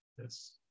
yes